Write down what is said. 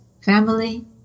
family